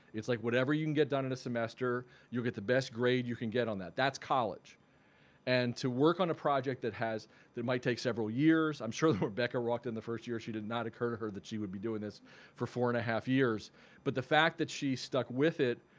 it's like whatever you can get done in a semester you'll get the best grade you can get on that. that's college and to work on a project that has that might take several years i'm sure when but rebecca walked in the first year she did not occur to her that she would be doing this for four and a half years but the fact that she stuck with it